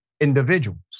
individuals